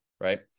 right